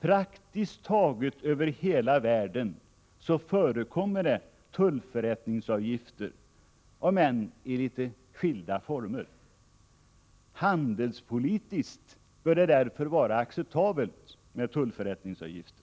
Praktiskt taget över hela världen förekommer tullförrättningsavgifter om än i litet skilda former. Handelspolitiskt bör det därför vara acceptabelt med tullförrättningsavgifter.